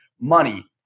money